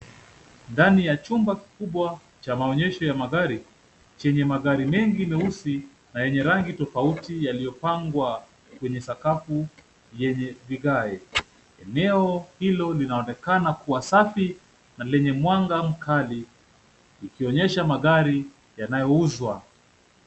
Ndani na chumba kikubwa cha maonyesho ya magari, chenye magari mengi meusi na yenye rangi tofauti yaliyopangwa kwenye sakafu yenye vigae. Eneo hil linaonekana kuwa safi na lenye mwanga mkali ikionyesha magari yanayouzwa.